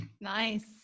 Nice